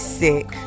sick